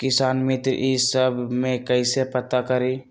किसान मित्र ई सब मे कईसे पता करी?